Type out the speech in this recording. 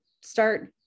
start